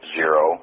zero